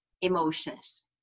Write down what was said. emotions